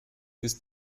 bis